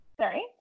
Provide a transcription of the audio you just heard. sorry